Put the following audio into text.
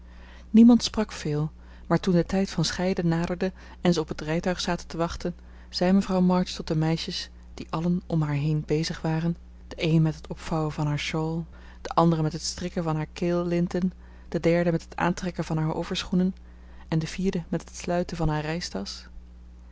niemand sprak veel maar toen de tijd van scheiden naderde en ze op het rijtuig zaten te wachten zei mevrouw march tot de meisjes die allen om haar heen bezig waren de een met het opvouwen van haar shawl de andere met het strikken van haar keellinten de derde met het aantrekken van haar overschoenen en de vierde met het sluiten van haar reistasch